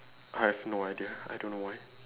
I have no idea I don't know why